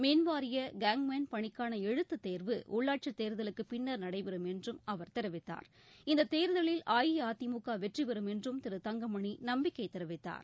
மின்வாரிய கேங்க்மேன் பணிக்கான எழுத்துத் தேர்வு உள்ளாட்சித் தேர்தலுக்குப் பின்னர் நடைபெறும் என்றும் அவர் தெரிவித்தார் இந்த தேர்தலில் அஇஅதிமுக வெற்றி பெறும் என்றும் திரு தங்கமணி நம்பிக்கை தெரிவித்தார்